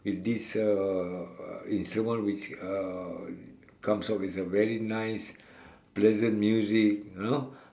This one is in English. is this uh instrument which uh comes out with a very nice pleasant music you know